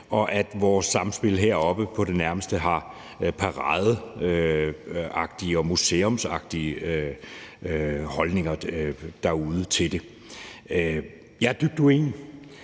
og at vores sammenspil heroppe på det nærmeste er paradeagtigt og museumsagtigt. Det var holdningerne derude til det. Jeg er dybt